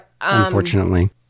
Unfortunately